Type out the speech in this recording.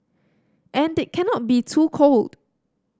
and it cannot be too cold